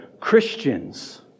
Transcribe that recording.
Christians